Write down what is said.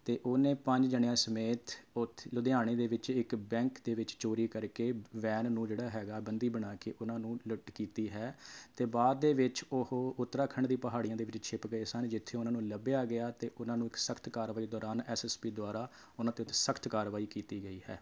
ਅਤੇ ਉਹਨੇ ਪੰਜ ਜਾਣਿਆਂ ਸਮੇਤ ਉੱਥੇ ਲੁਧਿਆਣੇ ਦੇ ਵਿੱਚ ਇੱਕ ਬੈਂਕ ਦੇ ਵਿੱਚ ਚੋਰੀ ਕਰਕੇ ਵੈਨ ਨੂੰ ਜਿਹੜਾ ਹੈਗਾ ਬੰਦੀ ਬਣਾ ਕੇ ਉਹਨਾਂ ਨੂੰ ਲੁੱਟ ਕੀਤੀ ਹੈ ਅਤੇ ਬਾਅਦ ਦੇ ਵਿੱਚ ਉਹ ਉੱਤਰਾਖੰਡ ਦੀ ਪਹਾੜੀਆਂ ਦੇ ਵਿੱਚ ਛੁਪ ਗਏ ਸਨ ਜਿੱਥੇ ਉਹਨਾਂ ਨੂੰ ਲੱਭਿਆ ਗਿਆ ਅਤੇ ਉਹਨਾਂ ਨੂੰ ਸਖਤ ਕਾਰਵਾਈ ਦੌਰਾਨ ਐਸਐਸਪੀ ਦੁਆਰਾ ਉਹਨਾਂ ਦੇ ਉੱਤੇ ਸਖਤ ਕਾਰਵਾਈ ਕੀਤੀ ਗਈ ਹੈ